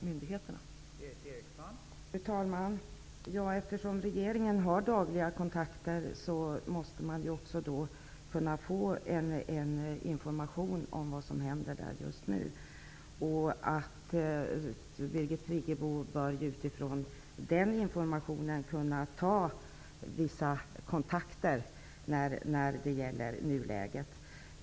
Fru talman! Eftersom regeringen har dagliga kontakter måste det ju gå att få information om vad som händer i Kosovo just nu. Birgit Friggebo bör utifrån den informationen kunna ta vissa kontakter när det gäller nuläget.